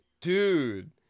Dude